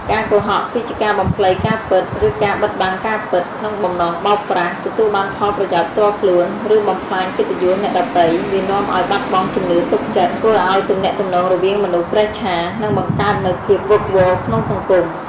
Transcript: ការកុហក គឺជាការបំភ្លៃការពិត ឬការបិទបាំងការពិត ក្នុងបំណងបោកប្រាស់ ទទួលបានប្រយោជន៍ផ្ទាល់ខ្លួន ឬបំផ្លាញកិត្តិយសអ្នកដទៃ វានាំឱ្យបាត់បង់ជំនឿទុកចិត្ត ធ្វើឲ្យទំនាក់ទំនងរវាងមនុស្សប្រេះឆា និងបង្កើតនូវភាពវឹកវរក្នុងសង្គម។